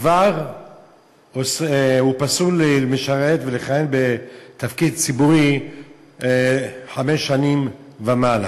כבר הוא פסול לשרת ולכהן בתפקיד ציבורי חמש שנים ומעלה.